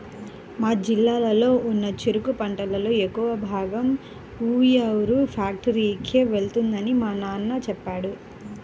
మా జిల్లాలో ఉన్న చెరుకు పంటలో ఎక్కువ భాగం ఉయ్యూరు ఫ్యాక్టరీకే వెళ్తుందని మా నాన్న చెప్పాడు